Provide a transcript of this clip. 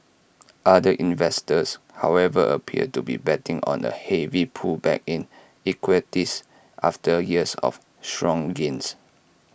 other investors however appear to be betting on A heavy pullback in equities after years of strong gains